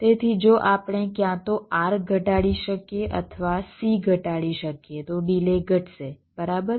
તેથી જો આપણે ક્યાં તો R ઘટાડી શકીએ અથવા C ઘટાડી શકીએ તો ડિલે ઘટશે બરાબર